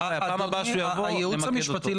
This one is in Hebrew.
פעם הבאה שהוא יבוא נמקד אותו.